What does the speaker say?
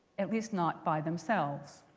at least not by themselves.